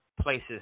places